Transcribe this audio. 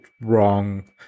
wrong